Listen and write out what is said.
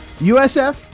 USF